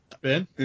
Ben